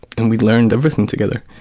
and we'd learned everything together,